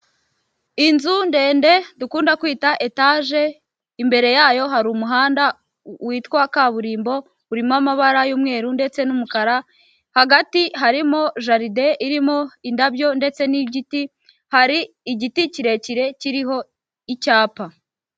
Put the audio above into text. Inzu ndende dukunda kwita etage imbere yayo hari umuhanda witwa kaburimbo urimo amabara y'umweru ndetse n'umukara hagati harimo jaride irimo indabyo ndetse n'igiti hari igiti kirekire kiriho icyapa.